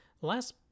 last